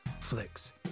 flicks